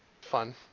fun